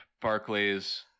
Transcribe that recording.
Barclay's